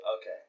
Okay